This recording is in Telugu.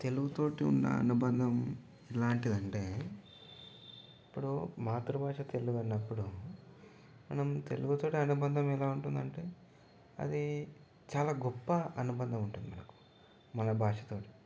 తెలుగుతో ఉన్న అనుబంధం ఎలాంటిది అంటే ఇప్పుడు మాతృభాష తెలుగు అన్నప్పుడు మనం తెలుగుతో అనుబంధం ఎలా ఉంటుంది అంటే అది చాలా గొప్ప అనుబంధం ఉంటుంది మనకు మన భాషతో